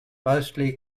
most